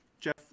Jeff